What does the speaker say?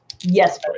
yes